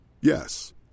Yes